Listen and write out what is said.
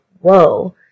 whoa